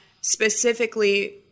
specifically